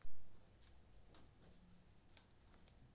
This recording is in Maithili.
बाजार दक्षताक नापै के सरल उपाय सुधरल शार्प रेसियो होइ छै